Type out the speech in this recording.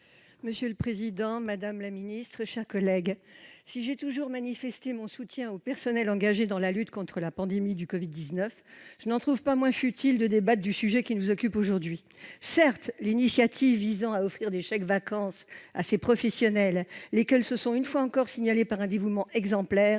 Monsieur le président, madame la ministre, chers collègues, si j'ai toujours manifesté mon soutien aux personnels engagés dans la lutte contre la pandémie de Covid-19, je n'en trouve pas moins futile de débattre du sujet qui nous occupe aujourd'hui. Certes, l'initiative visant à offrir des chèques-vacances à ces professionnels, lesquels se sont une fois encore signalés par un dévouement exemplaire,